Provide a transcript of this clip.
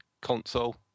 console